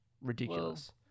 Ridiculous